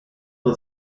the